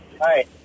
Hi